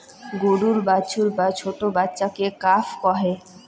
গরুর বাছুর বা ছোট্ট বাচ্চাকে কাফ কহে